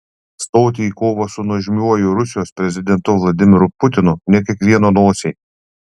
stoti į kovą su nuožmiuoju rusijos prezidentu vladimiru putinu ne kiekvieno nosiai